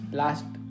last